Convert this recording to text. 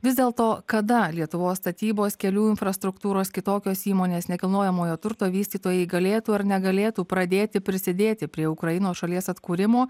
vis dėlto kada lietuvos statybos kelių infrastruktūros kitokios įmonės nekilnojamojo turto vystytojai galėtų ar negalėtų pradėti prisidėti prie ukrainos šalies atkūrimo